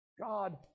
God